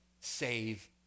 save